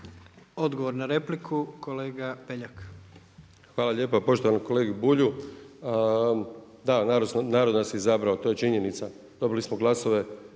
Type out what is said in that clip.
Odgovor na repliku kolega Beljak. **Beljak, Krešo (HSS)** Hvala lijepa poštovanom kolegi Bulju. Da, narod nas je izabrao to je činjenica. Dobili smo glasove